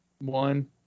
One